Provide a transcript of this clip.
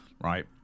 Right